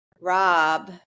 Rob